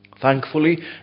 Thankfully